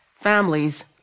families